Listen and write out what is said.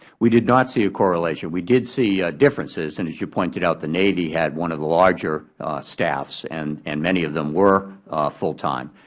we did not see a correlation. we did see differences, and as you pointed out, the navy had one of the larger staffs, and and many of them were full time.